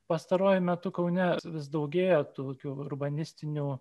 pastaruoju metu kaune vis daugėja tokių urbanistinių